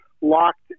locked